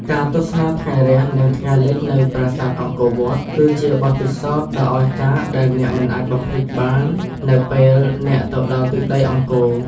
ការទស្សនាថ្ងៃរះ និងថ្ងៃលិចនៅប្រាសាទអង្គរវត្ត គឺជាបទពិសោធន៍ដ៏អស្ចារ្យដែលអ្នកមិនអាចបំភ្លេចបាននៅពេលអ្នកទៅដល់ទឹកដីអង្គរ។